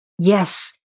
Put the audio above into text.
Yes